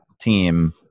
team